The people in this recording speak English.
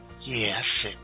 Yes